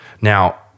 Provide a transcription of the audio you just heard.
Now